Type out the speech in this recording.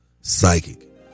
psychic